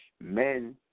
men